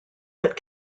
but